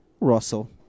Russell